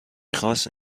خواست